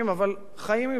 אבל חיים עם זה.